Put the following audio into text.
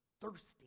thirsty